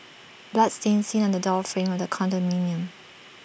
blood stain seen on the door frame of the condominium